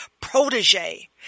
protege